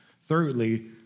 Thirdly